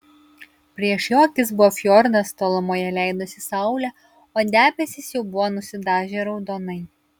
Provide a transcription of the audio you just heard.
prieš jo akis buvo fjordas tolumoje leidosi saulė o debesys jau buvo nusidažę raudonai